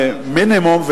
מינימום.